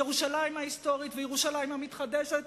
ירושלים ההיסטורית וירושלים המתחדשת,